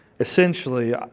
Essentially